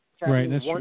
Right